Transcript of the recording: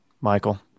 Michael